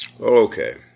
Okay